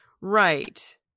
Right